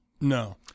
No